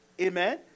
Amen